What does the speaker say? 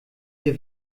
wir